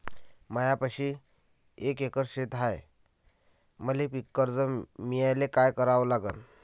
मायापाशी एक एकर शेत हाये, मले पीककर्ज मिळायले काय करावं लागन?